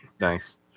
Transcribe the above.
Nice